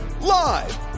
Live